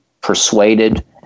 persuaded